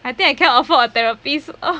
I think I cannot afford a therapist